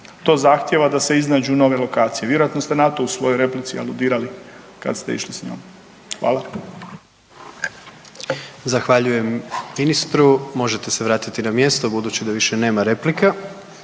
to zahtjeva da se iznađu nove lokacije. Vjerojatno ste na to u svojoj replici aludirali kad ste išli s njom. Hvala. **Jandroković, Gordan (HDZ)** Zahvaljujem ministru, možete se vratiti na mjesto budući da više nema replika,